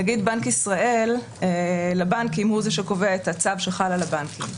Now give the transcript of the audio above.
נגיד בנק ישראל לבנקים הוא זה שקובע את הצו שחל על הבנקים.